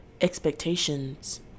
expectations